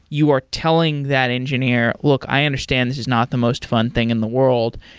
you are telling that engineer, look. i understand this is not the most fun thing in the world,